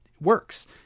works